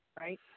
right